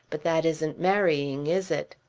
but that isn't marrying is it?